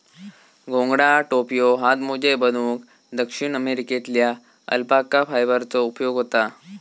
घोंगडा, टोप्यो, हातमोजे बनवूक दक्षिण अमेरिकेतल्या अल्पाका फायबरचो उपयोग होता